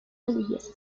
religiosos